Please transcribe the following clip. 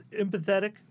empathetic